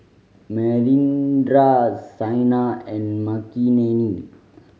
Manindra Saina and Makineni